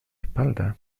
espalda